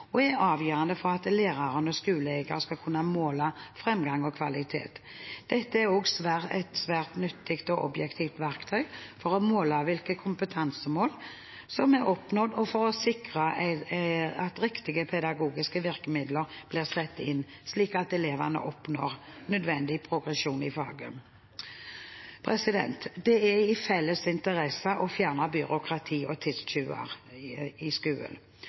og er avgjørende for at lærerne og skoleeieren skal kunne måle framgang og kvalitet. Det er også et svært nyttig og objektivt verktøy for å måle hvilke kompetansemål som er oppnådd, og for å sikre at riktige pedagogiske virkemidler blir satt inn, slik at elevene oppnår nødvendig progresjon i faget. Det er i vår felles interesse å fjerne byråkrati og tidstyver i